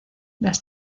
las